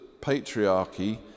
patriarchy